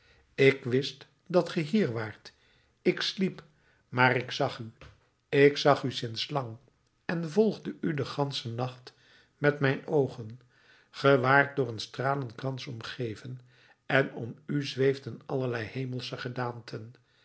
ik wist dat ge hier waart ik sliep maar ik zag u ik zag u sinds lang en volgde u den ganschen nacht met mijn oogen ge waart door een stralenkrans omgeven en om u zweefden allerlei hemelsche gedaanten